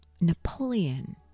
napoleon